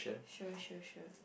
sure sure sure